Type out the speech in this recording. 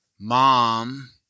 mom